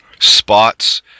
Spots